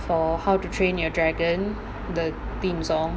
for how to train your dragon the theme song